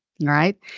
Right